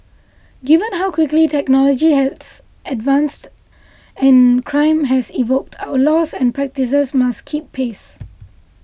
given how quickly technology has advanced and crime has evolved our laws and practices must keep pace